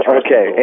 okay